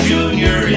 Junior